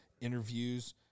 interviews